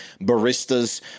baristas